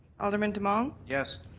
alderman demong? yes.